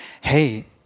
hey